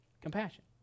Compassion